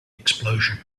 explosion